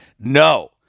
No